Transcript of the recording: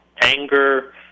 anger